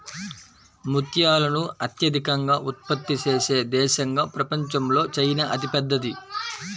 ముత్యాలను అత్యధికంగా ఉత్పత్తి చేసే దేశంగా ప్రపంచంలో చైనా అతిపెద్దది